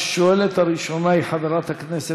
הצעת החוק עברה בקריאה ראשונה,